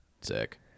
sick